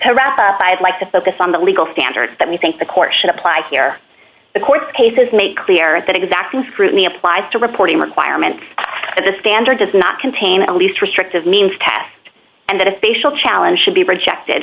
side like to focus on the legal standards that we think the court should apply here the course cases make clear that exacting scrutiny applies to reporting requirements that the standard does not contain at least restrictive means test and that a facial challenge should be rejected